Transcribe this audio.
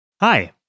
Hi